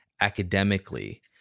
academically